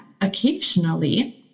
occasionally